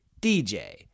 DJ